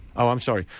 ah i'm sorry.